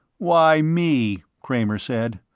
why me? kramer said.